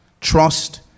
trust